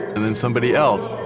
and then somebody else,